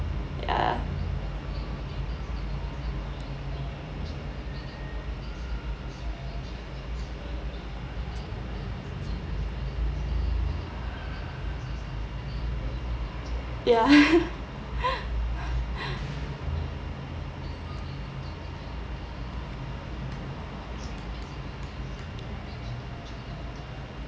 ya ya